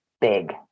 big